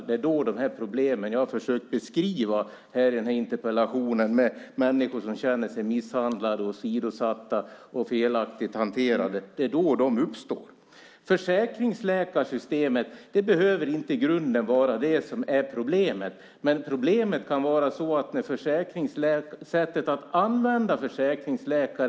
Det är så de problem ökar som jag har försökt att beskriva i interpellationen med människor som känner sig misshandlade, åsidosatta och felaktigt hanterade. Det är då de problemen uppstår. Försäkringsläkarsystemet behöver inte i grunden vara problemet. Problemet kan vara sättet att använda försäkringsläkare.